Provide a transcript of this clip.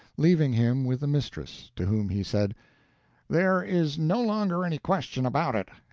leaving him with the mistress, to whom he said there is no longer any question about it.